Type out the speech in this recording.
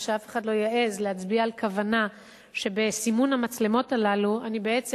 ושאף אחד לא יעז להצביע על כוונה שבסימון המצלמות הללו אני בעצם